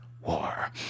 war